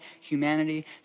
humanity